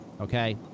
okay